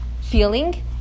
feeling